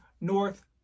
north